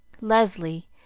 Leslie